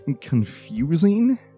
confusing